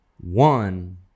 One